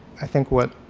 i think what,